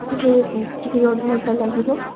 ଆସିବେ ଟିକେ ଅଧଘଣ୍ଟା ଲାଗିବ